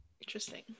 Interesting